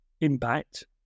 impact